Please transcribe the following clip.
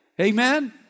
Amen